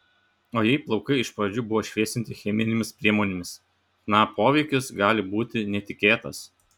o jei plaukai iš pradžių buvo šviesinti cheminėmis priemonėmis chna poveikis gali būti netikėtas